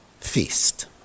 feast